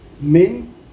Men